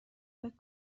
فکر